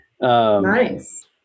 Nice